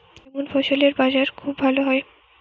কেমন ফসলের বাজার খুব ভালো হয়?